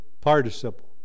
participle